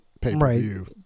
pay-per-view